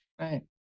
Right